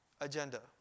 agenda